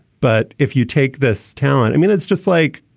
but if you take this talent, i mean, it's just like